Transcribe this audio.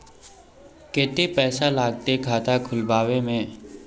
केते पैसा लगते खाता खुलबे में?